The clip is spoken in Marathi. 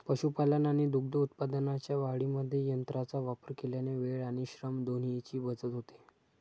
पशुपालन आणि दूध उत्पादनाच्या वाढीमध्ये यंत्रांचा वापर केल्याने वेळ आणि श्रम दोन्हीची बचत होते